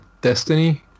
Destiny